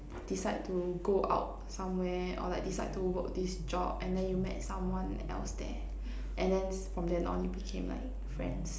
decide to go out somewhere or like decide to work this job and then you met someone else there and then from then on you became like friends